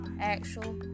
actual